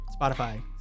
spotify